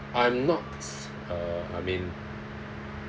I'm not uh I mean